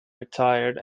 retired